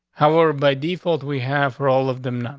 however, by default, we have for all of them.